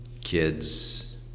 kids